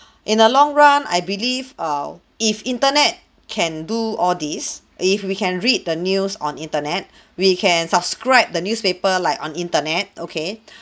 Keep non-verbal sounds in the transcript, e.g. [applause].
in a long run I believe err if internet can do all this if we can read the news on internet [breath] we can subscribe the newspaper like on internet okay [breath]